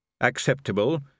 Acceptable